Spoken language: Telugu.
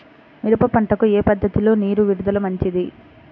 మిరప పంటకు ఏ పద్ధతిలో నీరు విడుదల మంచిది?